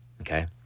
Okay